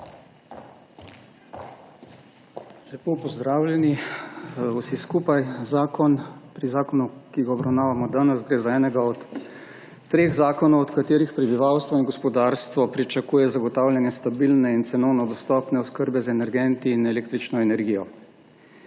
Lepo pozdravljeni vsi skupaj! Pri zakonu, ki ga obravnavamo danes, gre za enega od treh zakonov, od katerih prebivalstvo in gospodarstvo pričakuje zagotavljanje stabilne in cenovno dostopne oskrbe z energenti in električno energijo.